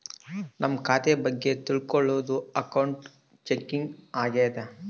ನಮ್ ಖಾತೆ ಬಗ್ಗೆ ತಿಲ್ಕೊಳೋದು ಅಕೌಂಟ್ ಚೆಕಿಂಗ್ ಆಗ್ಯಾದ